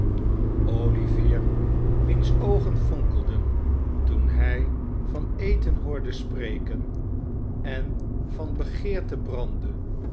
olivier wiens oogen fonkelden toen hij van eten hoorde spreken en van begeerte brandde